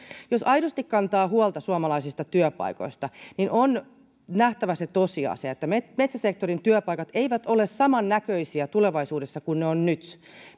jos aidosti kantaa huolta suomalaisista työpaikoista on nähtävä se tosiasia että metsäsektorin työpaikat eivät ole samannäköisiä tulevaisuudessa kuin ne ovat nyt